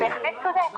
אתה בהחלט צודק